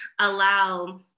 allow